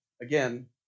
again